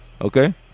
Okay